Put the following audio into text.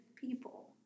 people